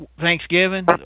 Thanksgiving